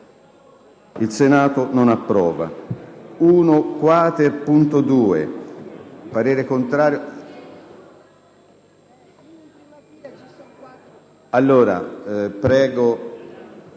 **Il Senato non approva.**